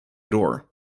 door